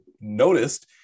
noticed